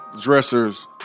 dressers